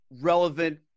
relevant